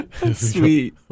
Sweet